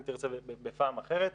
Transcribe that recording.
אם תרצה בפעם אחרת.